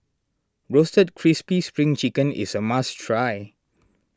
Roasted Crispy Spring Chicken is a must try